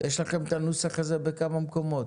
יש לכם את הנוסח הזה בכמה מקומות.